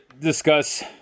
discuss